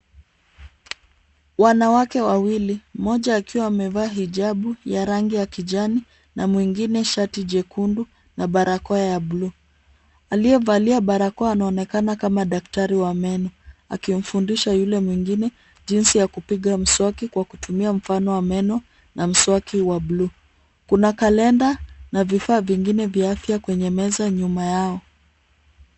Wanawake wawili mmoja akiwa amevaa hijabu ya rangi ya kijani na mwengine shati jekundu na barakoa ya buluu. Aliyevalia barakoa anaonekana kama daktari wa meno akimfundisha yule mwengine jinsi ya kupiga mswaki kwa kutumia mfano wa meno na mswaki wa buluu. Kuna kalenda na vifaa vingine vya afya kwenye meza nyuma yao.